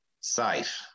safe